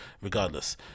regardless